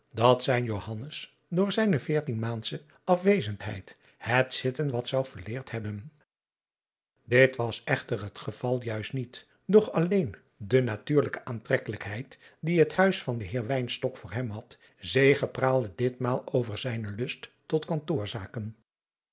dat zijn johannes door zijne veertienmaandsche afwezendheid het zitten wat zou verleerd hebben dit was echter het geval juist niet doch alleen de natuurlijke aantrekkelijkheid die het huis van den heer wynstok voor hem had zegepraalde ditmaal over zijnen lust tot